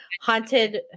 haunted